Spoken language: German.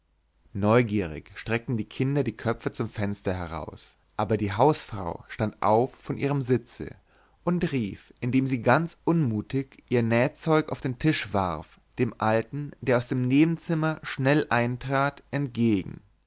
neugierig steckten die kinder die köpfe zum fenster heraus aber die hausfrau stand auf von ihrem sitze und rief indem sie ganz unmutig ihr nähzeug auf den tisch warf dem alten der aus dem nebenzimmer schnell eintrat entgegen